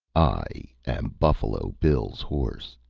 i am buffalo bill's horse.